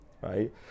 right